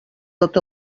tot